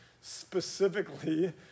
specifically